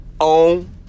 own